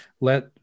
let